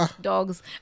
dogs